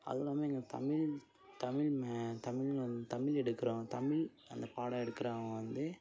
அதுவும் இல்லாமல் எங்கள் தமிழ் தமிழ் மா தமிழ் தமிழ் எடுக்கிற தமிழ் அந்த பாடம் எடுக்கிறவுங்க வந்து